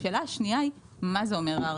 השאלה השנייה היא מה זה אומר?